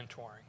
mentoring